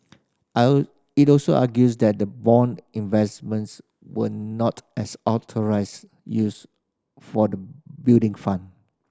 I'll it also argues that the bond investments were not as authorised use for the Building Fund